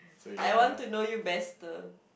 I want to know you bester